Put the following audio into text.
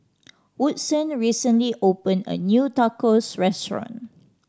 Woodson recently opened a new Tacos Restaurant